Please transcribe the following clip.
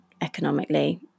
economically